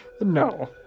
No